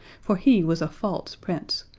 for he was a false prince,